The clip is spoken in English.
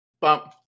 Bump